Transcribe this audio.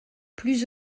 plus